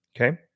Okay